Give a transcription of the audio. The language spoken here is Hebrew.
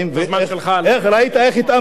ראית איך התאמתו,